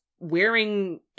Wearing